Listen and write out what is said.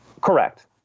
Correct